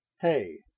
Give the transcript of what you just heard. hey